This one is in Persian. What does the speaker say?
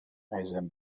عزیزم